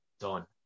Done